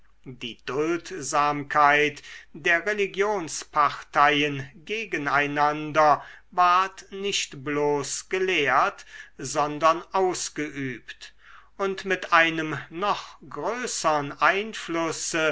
die duldsamkeit der religionsparteien gegen einander ward nicht bloß gelehrt sondern ausgeübt und mit einem noch größern einflusse